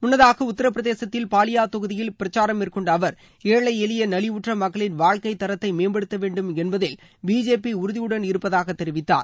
முன்னதாக உத்தரப்பிரதேசத்தில் பாலியா தொகுதியில் பிரச்சாரம் மேற்கொண்ட அவா் ஏழழ எளிய நலிவுற்ற மக்களின் வாழ்க்கைத்தரத்தை மேம்படுத்த வேண்டும் என்பதில் பிஜேபி உறுதியுடன் இருப்பதாக தெரிவித்தார்